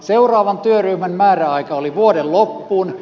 seuraavan työryhmän määräaika oli vuoden loppuun